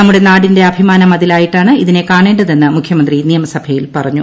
നമ്മുടെ നാടിന്റെ അഭിമാന മതിലായിട്ടാണ് ഇതിനെ കാണേണ്ടതെന്ന് മുഖ്യമന്ത്രി നിയമസഭയിൽ പറഞ്ഞു